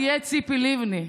אל תהיה ציפי לבני.